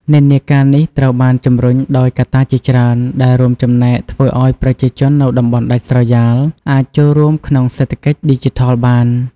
និន្នាការនេះត្រូវបានជំរុញដោយកត្តាជាច្រើន ដែលរួមចំណែកធ្វើឲ្យប្រជាជននៅតំបន់ដាច់ស្រយាលអាចចូលរួមក្នុងសេដ្ឋកិច្ចឌីជីថលបាន។